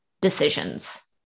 decisions